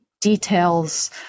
details